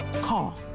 Call